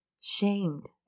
shamed